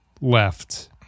left